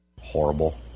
Horrible